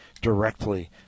directly